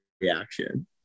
reaction